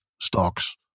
stocks